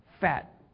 Fat